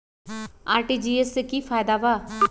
RTGS से की की फायदा बा?